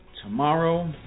Tomorrow